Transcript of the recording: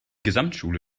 gesamtschule